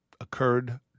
occurred